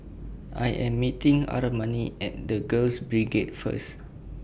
I Am meeting Armani At The Girls Brigade First